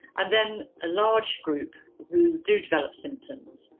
and then a large group who do develop symptoms.